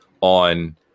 on